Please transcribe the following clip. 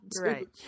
Right